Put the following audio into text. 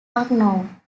unknown